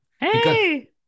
Hey